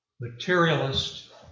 materialist